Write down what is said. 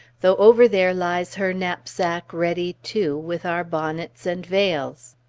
though over there lies her knapsack ready, too, with our bonnets and veils.